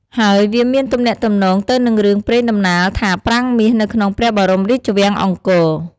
ហើយវាមានទំនាក់ទំនងទៅនឹងរឿងព្រេងដំណាលថាប្រាង្គមាសនៅក្នុងព្រះបរមរាជវាំងអង្គរ។